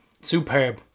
superb